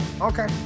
okay